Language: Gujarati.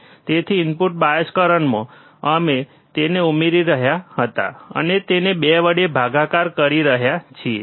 તેથી ઇનપુટ બાયસ કરંટમાં અમે તેને ઉમેરી રહ્યા હતા અને તેને 2 વડે ભાગાકાર કરી રહ્યા છીએ